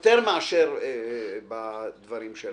יותר מאשר בדברים בשלהם.